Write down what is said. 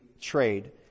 trade